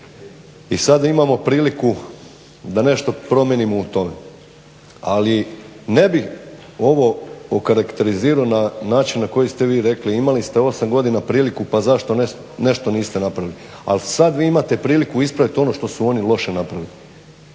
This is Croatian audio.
I sada imamo priliku da nešto promijenimo u tome. Ali ne bih ovo okarakterizirao na način na koji ste vi rekli. Imali ste 8 godina priliku pa zašto nešto niste napravili, ali sada vi imate priliku ispraviti ono što su oni loše napravili.